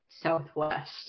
southwest